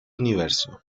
universo